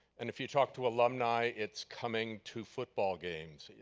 and if you talk to alumni, it's coming to football games.